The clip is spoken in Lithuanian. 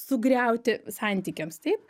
sugriauti santykiams taip